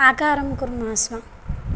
आकारं कुर्मः स्म